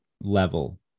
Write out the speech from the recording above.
level